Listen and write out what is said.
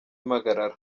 impagarara